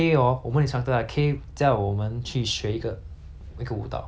一个舞蹈对不对 then then 我去读 liao right 我去看